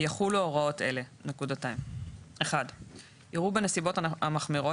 יחולו הוראות אלה: (1)יראו בנסיבות המחמירות